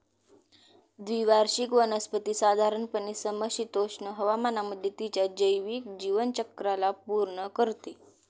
द्विवार्षिक वनस्पती साधारणपणे समशीतोष्ण हवामानामध्ये तिच्या जैविक जीवनचक्राला पूर्ण करते